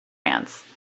ants